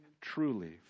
truly